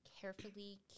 carefully